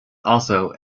also